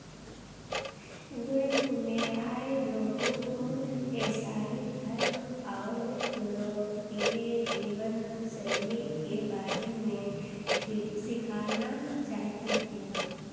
वे Kumeyaay लोगों को ईसाई धर्म और यूरोपीय जीवन शैली के बारे में खी सिखाना चाहते थे